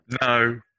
No